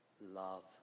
love